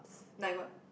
like what